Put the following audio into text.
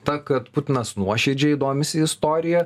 ta kad putinas nuoširdžiai domisi istorija